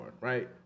right